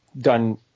done